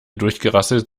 durchgerasselt